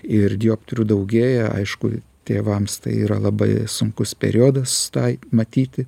ir dioptrijų daugėja aiškui tėvams tai yra labai sunkus periodas tai matyti